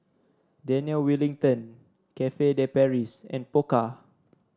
Daniel Wellington Cafe De Paris and Pokka